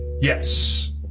Yes